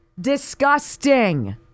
disgusting